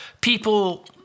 people